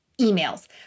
emails